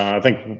i think